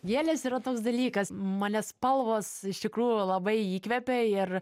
gėlės yra toks dalykas mane spalvos iš tikrųjų labai įkvepia ir